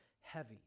heavy